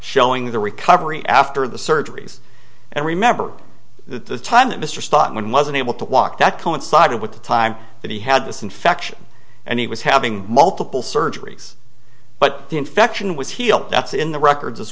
showing the recovery after the surgeries and remember the time that mr spot when was unable to walk that coincided with the time that he had this infection and he was having multiple surgeries but the infection was healed that's in the records as